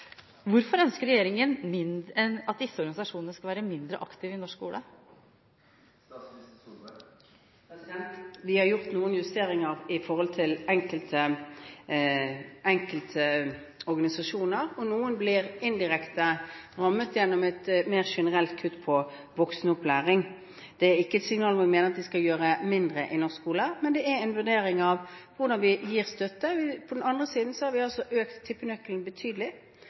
Hvorfor ønsker regjeringen at disse organisasjonene skal være mindre aktive i norsk skole? Vi har gjort noen justeringer for enkelte organisasjoner, og noen blir indirekte rammet gjennom et mer generelt kutt i voksenopplæringen. Det er ikke et signal om at jeg mener vi skal gjøre mindre i norsk skole, men det er en vurdering av hvordan vi gir støtte. På den andre siden har vi økt tippenøkkelen betydelig.